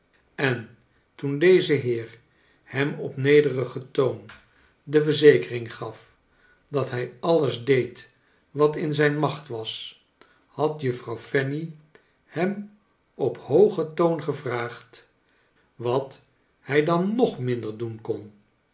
en toen deze heer hem op nederigen toon de verzekering gaf dat hij alles deed wart in zijn macht was had juffrouw fanny hem op hoogen toon gevraagd wat hij dan nog minder doen kon